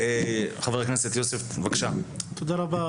תודה רבה,